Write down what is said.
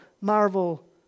marvel